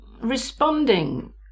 responding